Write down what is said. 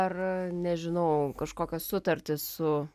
ar nežinau kažkokios sutartys su